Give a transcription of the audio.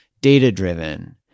data-driven